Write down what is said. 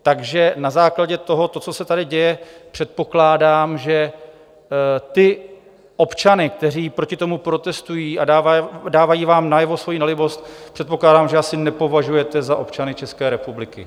Takže na základě tohoto, co se tady děje, předpokládám, že ty občany, kteří proti tomu protestují a dávají vám najevo svoji nelibost, předpokládám, že asi nepovažujete za občany České republiky.